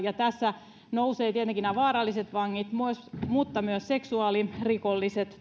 yhteiskuntaan tässä nousevat tietenkin tärkeään osaan nämä vaaralliset vangit mutta myös seksuaalirikolliset